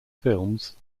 films